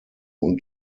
und